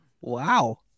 Wow